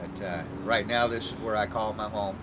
and right now this is where i call my home